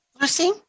Lucy